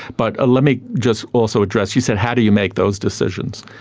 but let me just also address, you said how do you make those decisions.